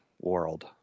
world